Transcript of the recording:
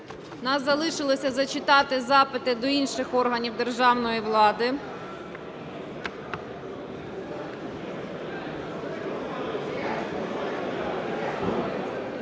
нас залишилося зачитати запити до інших органів державної влади.